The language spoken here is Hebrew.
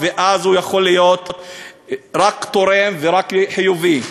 ואז הוא יכול להיות רק תורם ורק חיובי.